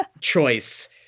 choice